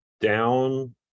down